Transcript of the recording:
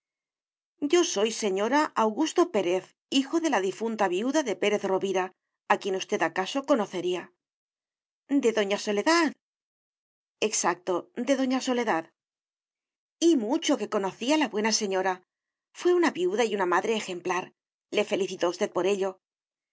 yo soy señora augusto pérez hijo de la difunta viuda de pérez rovira a quien usted acaso conocería de doña soledad exacto de doña soledad y mucho que conocí a la buena señora fué una viuda y una madre ejemplar le felicito a usted por ello